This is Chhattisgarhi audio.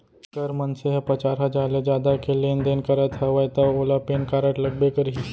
अगर मनसे ह पचार हजार ले जादा के लेन देन करत हवय तव ओला पेन कारड लगबे करही